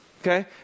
Okay